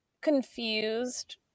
confused